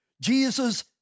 Jesus